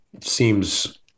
seems